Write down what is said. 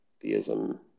theism